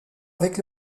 avec